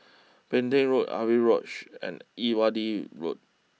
Petain Road Avery Lodge and Irrawaddy Road